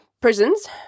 prisons